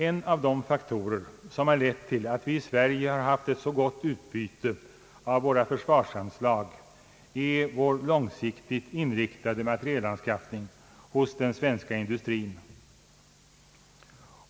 En av de faktorer som har lett till att vi i Sverige har haft ett så gott utbyte av våra försvarsanslag är vår långsiktigt inriktade materielanskaffning hos den svenska industrin.